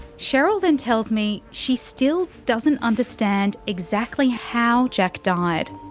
cheryl then tells me she still doesn't understand exactly how jack died.